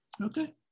Okay